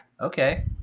Okay